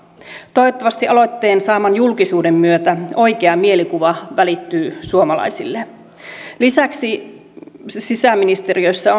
toivottavasti aloitteen saaman julkisuuden myötä oikea mielikuva välittyy suomalaisille lisäksi sisäministeriössä